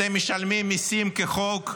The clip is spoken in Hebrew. אתם משלמים מיסים כחוק,